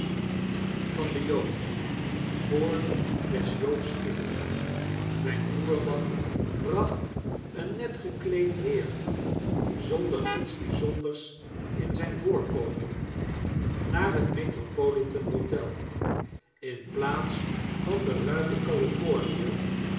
van den jood voor des joods spiegel myn voerman bracht een net gekleed heer zonder iets bijzonders in zyn voorkomen naar het metropolitan-hotel in plaats van den ruigen